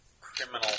criminal